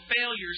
failures